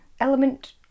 element